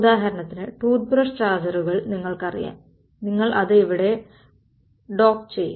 ഉദാഹരണത്തിന് tooth brush ചാർജറുകൾ നിങ്ങൾക്കറിയാം നിങ്ങൾ അത് അവിടെ ഡോക്ക് ചെയ്യും